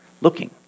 looking